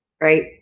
right